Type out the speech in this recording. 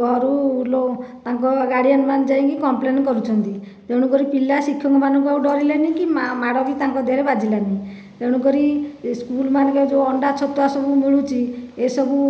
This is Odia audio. ଘରୁ ତାଙ୍କ ଗାର୍ଡ଼ିଆନ୍ମାନେ ଯାଇକି କମ୍ପ୍ଲେନ୍ କରୁଛନ୍ତି ତେଣୁକରି ପିଲା ଶିକ୍ଷକମାନଙ୍କୁ ଆଉ ଡରିଲେ ନାହିଁ କି ମାଡ଼ ବି ତାଙ୍କ ଦେହରେ ବାଜିଲା ନାହିଁ ତେଣୁକରି ଏ ସ୍କୁଲ୍ମାନଙ୍କରେ ଯେଉଁ ଅଣ୍ଡା ଛତୁଆ ସବୁ ମିଳୁଛି ଏସବୁ